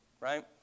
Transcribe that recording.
right